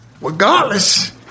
regardless